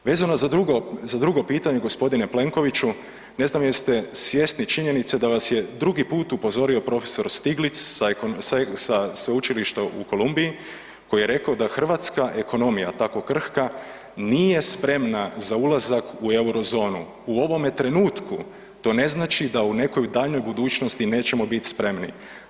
Vezano za drugo pitanje gospodine Plenkoviću, ne znam jeste li svjesni činjenice da vas je drugi put upozorio prof. Stiglitz sa Sveučilišta u Columbiji koji je rekao da hrvatska ekonomija tako krhka nije spremna za ulazak u Eurozonu u ovome trenutku, to ne znači da u nekoj daljnjoj budućnosti nećemo biti spremni.